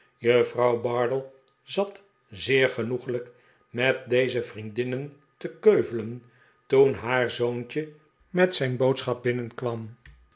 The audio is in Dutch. juffrouw bardell zat zeer genoeglijk met deze vriendinnen te keuvelen toen haar zoontje met zijn boodschap